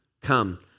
Come